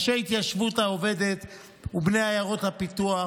אנשי ההתיישבות העובדת ובני עיירות הפיתוח.